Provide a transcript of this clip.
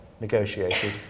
negotiated